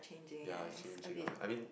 ya it's changing ah I mean